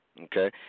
Okay